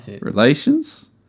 relations